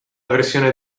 versione